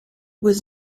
was